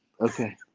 Okay